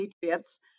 patriots